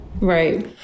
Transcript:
Right